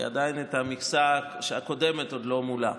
כי עדיין המכסה הקודמת עוד לא מולאה.